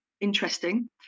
interesting